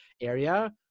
area